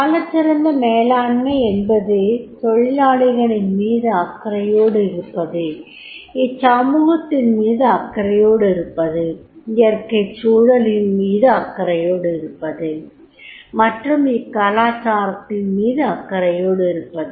சாலச்சிறந்த மேலாண்மை என்பது தொழிலாளிகளின்மீது அக்கறையோடிருப்பது இச்சமூகத்தின்மீது அக்கறையோடிருப்பது இயற்கைச் சூழலின்மீது அக்கறையோடிருப்பது மற்றும் இக்கலாச்சாரத்தின் மீது அக்கறையோடிருப்பது